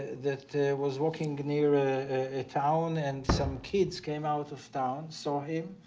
that was walking near a ah town and some kids came out of town, saw him,